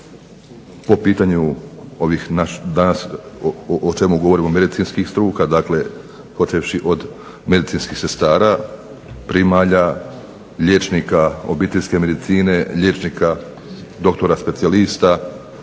po pitanju o čemu danas govorimo, medicinskih struka, dakle počevši od medicinskih sestara, primalja, liječnika obiteljske medicine, liječnika doktora specijalista,